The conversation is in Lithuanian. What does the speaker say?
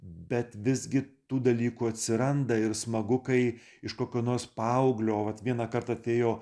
bet visgi tų dalykų atsiranda ir smagu kai iš kokio nors paauglio vat vienąkart atėjo